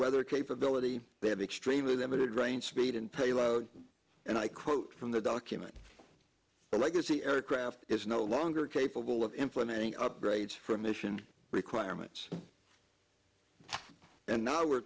weather capability they have extremely limited range speed and payload and i quote from the document right that the aircraft is no longer capable of implementing upgrades for mission requirements and now we're